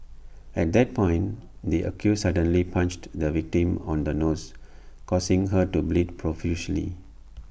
at that point the accused suddenly punched the victim on the nose causing her to bleed profusely